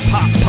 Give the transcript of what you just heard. Pop